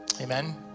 Amen